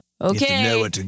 okay